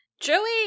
Joey